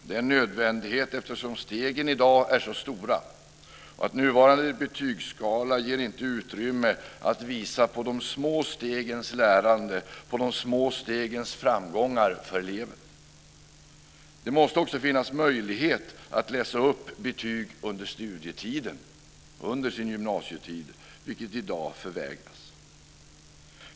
Det är en nödvändighet eftersom stegen i dag är så stora att nuvarande betygskala inte ger utrymme att visa på de små stegens lärande och de små stegens framgångar för eleven. Det måste också finnas möjlighet att läsa upp betyg under studietiden - under sin gymnasietid - vilket i dag förvägras.